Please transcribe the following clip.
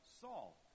Saul